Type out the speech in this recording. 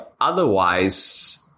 otherwise